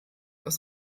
aus